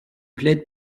plaide